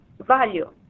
value